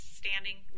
standing